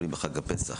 13) (הסדרים לעניין מזון בבית חולים בחג הפסח),